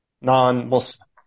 non-Muslim